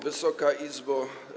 Wysoka Izbo!